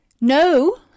no